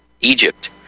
Egypt